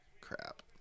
Crap